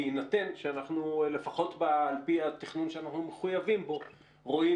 בהינתן שעל פי התכנון שאנחנו מחויבים לו רואים